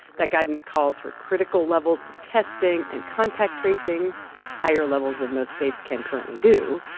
that guidance calls for critical levels of testing and contact tracing higher levels than most states can currently do.